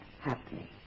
happening